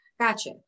Gotcha